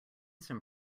some